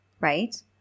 right